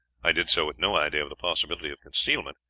i did so with no idea of the possibility of concealment.